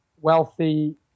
wealthy